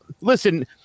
Listen